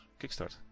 kickstart